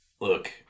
Look